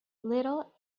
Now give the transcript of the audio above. little